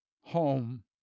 home